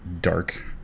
dark